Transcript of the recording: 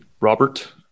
Robert